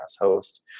host